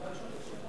מותר לשאול שאלה?